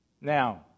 Now